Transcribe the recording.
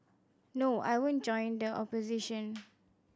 no I won't join the opposition